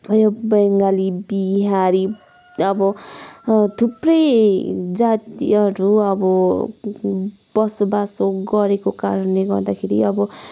उयो बङ्गाली बिहारी अब थुप्रै जातिहरू अब बसोबासो गरेको कारणले गर्दाखेरि अब